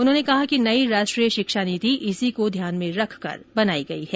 उन्होंने कहा कि नई राष्ट्रीय शिक्षा नीति इसी को ध्यान में रखकर बनाई गई है